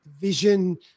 vision